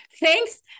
Thanks